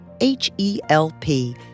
H-E-L-P